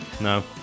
No